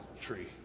tree